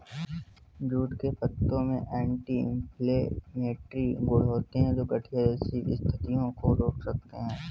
jute के पत्तों में एंटी इंफ्लेमेटरी गुण होते हैं, जो गठिया जैसी स्थितियों को रोक सकते हैं